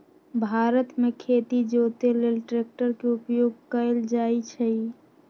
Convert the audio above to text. भारत मे खेती जोते लेल ट्रैक्टर के उपयोग कएल जाइ छइ